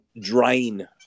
drain